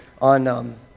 on